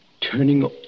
turning